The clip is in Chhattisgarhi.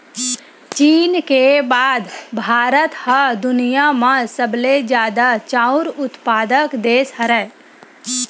चीन के बाद भारत ह दुनिया म सबले जादा चाँउर उत्पादक देस हरय